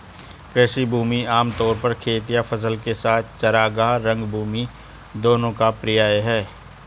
कृषि भूमि आम तौर पर खेत या फसल के साथ चरागाह, रंगभूमि दोनों का पर्याय है